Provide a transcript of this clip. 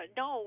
no